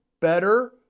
better